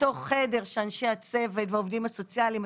אותו חושך שאנשי הצוות והעובדים הסוציאליים,